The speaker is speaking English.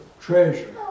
treasure